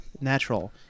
natural